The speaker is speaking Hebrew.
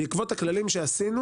בעקבות הכללים שעשינו